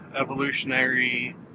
Evolutionary